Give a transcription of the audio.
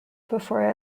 before